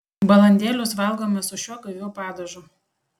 balandėlius valgome su šiuo gaiviu padažu